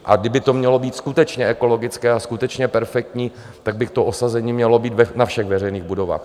A kdyby to mělo být skutečně ekologické a skutečně perfektní, tak by to osazení mělo být na všech veřejných budovách.